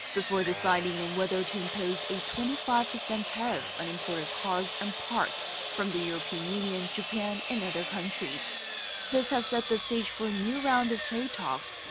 before deciding on whether to impose a twenty five percent tariff on imported cars and parts from the european union, japan and other countries. this has set the stage for a new round of trade talks.